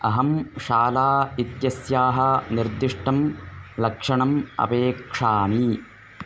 अहं शाला इत्यस्याः निर्दिष्टं लक्षणम् अपेक्षामि